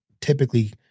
typically